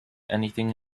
anything